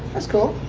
that's cool.